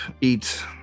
eat